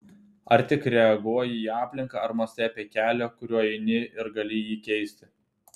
ar tik reaguoji į aplinką ar mąstai apie kelią kuriuo eini ir gali jį keisti